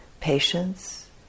patience